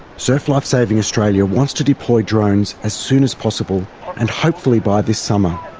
surf life saving australia wants to deploy drones as soon as possible and hopefully by this summer.